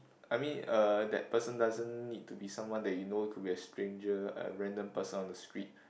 I mean uh that person doesn't need to be someone that you know it could be a stranger a random person on the street